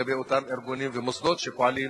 לגבי אותם ארגונים ומוסדות שפועלים